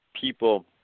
people